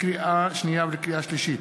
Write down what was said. לקריאה שנייה ולקריאה שלישית: